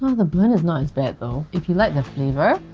ah the burn is not as bad though. if you like the flavour,